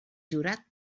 jurat